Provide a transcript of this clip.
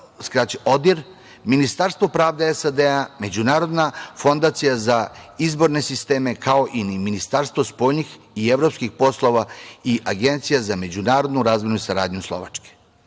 (ODIHR), Ministarstvo pravde SAD, Međunarodna fondacija za izborne sisteme, kao i Ministarstvo spoljnih i evropskih poslova i Agencija za međunarodnu razmenu i saradnju Slovačke. Nastavili